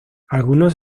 algunos